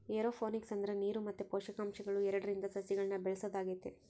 aeroponics ಅಂದ್ರ ನೀರು ಮತ್ತೆ ಪೋಷಕಾಂಶಗಳು ಎರಡ್ರಿಂದ ಸಸಿಗಳ್ನ ಬೆಳೆಸೊದಾಗೆತೆ